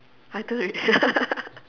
I turn already